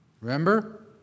remember